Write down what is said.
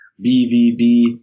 BVB